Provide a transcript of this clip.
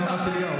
אני מרמת אליהו,